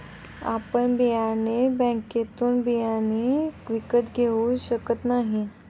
आपण बियाणे बँकेतून बियाणे विकत घेऊ शकत नाही